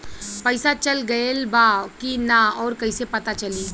पइसा चल गेलऽ बा कि न और कइसे पता चलि?